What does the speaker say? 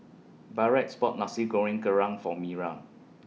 Barrett's bought Nasi Goreng Kerang For Mira